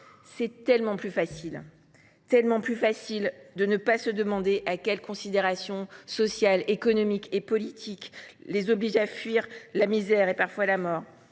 la plus animale. C’est tellement plus facile de ne pas se demander quelles considérations sociales, économiques ou politiques les poussent à fuir la misère et, parfois, la mort.